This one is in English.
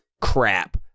crap